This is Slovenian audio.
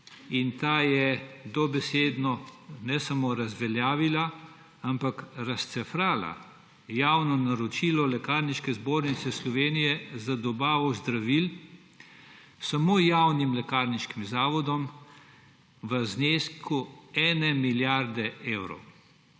Ta je dobesedno ne samo razveljavila, ampak celo razcefrala javno naročilo Lekarniške zbornice Slovenije za dobavo zdravil samo javnim lekarniškim zavodom v znesku 1 milijarde evrov.